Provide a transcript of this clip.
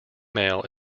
male